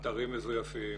אתרים מזויפים,